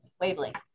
wavelength